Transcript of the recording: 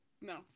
no